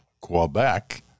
Quebec